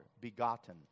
Begotten